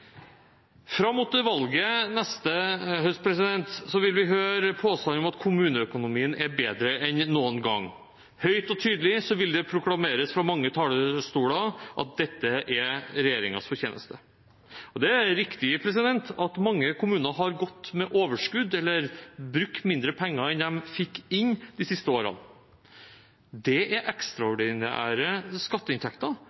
Fram mot valget neste høst vil vi høre påstander om at kommuneøkonomien er bedre enn noen gang. Høyt og tydelig vil det proklameres fra mange talerstoler at dette er regjeringens fortjeneste. Det er riktig at mange kommuner har gått med overskudd eller brukt mindre penger enn de fikk inn, de siste årene. Det er